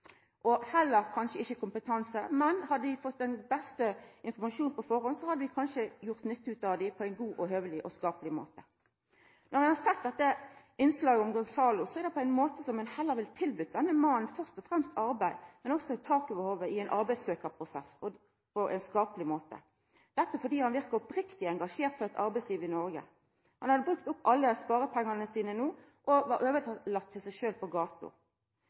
og kanskje heller ikkje kompetanse, men hadde dei fått god informasjon på førehand, hadde vi kanskje gjort nytte av dei på ein god, høveleg og skapleg måte. Når ein har sett dette innslaget om Gonzalo, er det på ein måte slik at ein på ein skapleg måte heller ville ha tilbydd denne mannen først og fremst arbeid, men også tak over hovudet i ein arbeidssøkjarprosess – dette fordi han verkar oppriktig engasjert og klar for eit arbeidsliv i Noreg. Han hadde brukt opp alle sparepengane sine og var overlaten til seg sjølv på gata.